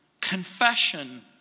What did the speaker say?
Confession